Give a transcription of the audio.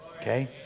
Okay